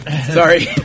Sorry